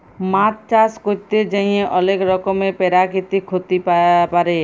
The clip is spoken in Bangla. মাছ চাষ ক্যরতে যাঁয়ে অলেক রকমের পেরাকিতিক ক্ষতি পারে